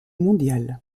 mondial